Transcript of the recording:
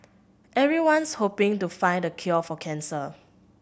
everyone's hoping to find the cure for cancer